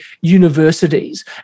universities